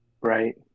right